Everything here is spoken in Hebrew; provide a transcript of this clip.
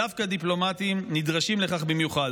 דווקא דיפלומטים נדרשים לכך במיוחד.